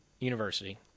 University